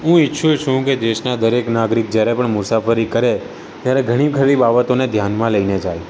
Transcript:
હું ઈચ્છું છું કે દેશના દરેક નાગરિક જ્યારે પણ મુસાફરી કરે ત્યારે ઘણી ખરી બાબતોને ધ્યાનમાં લઈને જાય